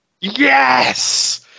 Yes